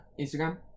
Instagram